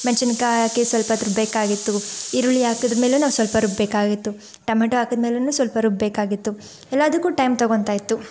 ಮೆಣಸಿನಕಾಯಿ ಹಾಕಿ ಸ್ವಲ್ಪ ಹೊತ್ತು ರುಬ್ಬ ಬೇಕಾಗಿತ್ತು ಈರುಳ್ಳಿ ಹಾಕಿದ ಮೇಲೆ ನಾವು ಸ್ವಲ್ಪ ರುಬ್ಬ ಬೇಕಾಗಿತ್ತು ಟೊಮಾಟೋ ಹಾಕಿದ್ಮೇಲೇನೂ ಸ್ವಲ್ಪ ರುಬ್ಬ ಬೇಕಾಗಿತ್ತು ಎಲ್ಲದಕ್ಕೂ ಟೈಮ್ ತಗೊತಾ ಇತ್ತು